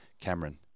Cameron